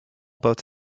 boat